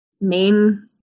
main